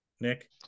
Nick